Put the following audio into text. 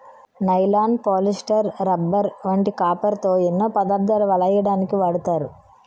nylon, polyester, rubber వంటి కాపరుతో ఎన్నో పదార్ధాలు వలెయ్యడానికు వాడతారు